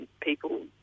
people